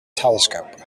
telescope